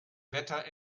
wetter